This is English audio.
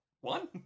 one